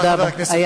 ושאפו ענק,